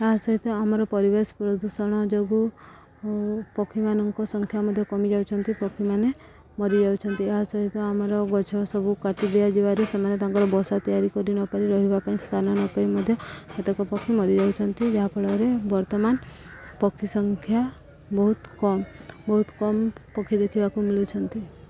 ତା' ସହିତ ଆମର ପରିବେଶ ପ୍ରଦୂଷଣ ଯୋଗୁଁ ପକ୍ଷୀମାନଙ୍କ ସଂଖ୍ୟା ମଧ୍ୟ କମିଯାଉଛନ୍ତି ପକ୍ଷୀମାନେ ମରିଯାଉଛନ୍ତି ଏହା ସହିତ ଆମର ଗଛ ସବୁ କାଟି ଦିଆଯିବାରୁ ସେମାନେ ତାଙ୍କର ବସା ତିଆରି କରିନପାରି ରହିବା ପାଇଁ ସ୍ଥାନ ନ ପାରି ମଧ୍ୟ କେତେକ ପକ୍ଷୀ ମରିଯାଉଚନ୍ତି ଯାହାଫଳରେ ବର୍ତ୍ତମାନ ପକ୍ଷୀ ସଂଖ୍ୟା ବହୁତ କମ ବହୁତ କମ ପକ୍ଷୀ ଦେଖିବାକୁ ମିଳୁଛନ୍ତି